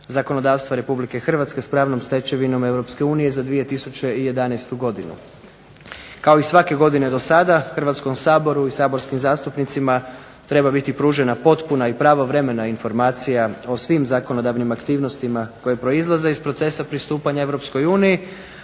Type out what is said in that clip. zakonodavstva Republike Hrvatske s pravnom stečevinom Europske unije za 2011. godinu. Kao i svake godine do sada Hrvatskom saboru i saborskim zastupnicima treba biti pružena potpuna i pravovremena informacija o svim zakonodavnima aktivnostima koje proizlaze iz procesa pristupanja